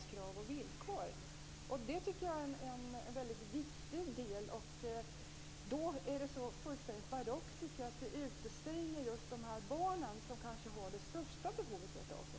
Jag tycker att detta är ett mycket viktigt förhållande. Det är då fullständigt barockt att utestänga just de barn som kanske rentav har det största behovet av förskola.